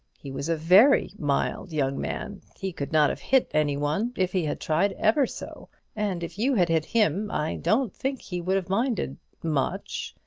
he was a very mild young man. he could not have hit any one if he had tried ever so and if you had hit him, i don't think he would have minded much.